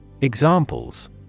Examples